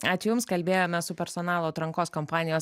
ačiū jums kalbėjomės su personalo atrankos kompanijos